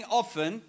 often